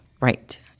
Right